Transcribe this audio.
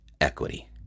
equity